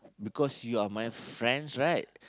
because you are my friends right